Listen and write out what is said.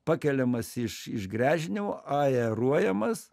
pakeliamas iš iš gręžinio aeruojamas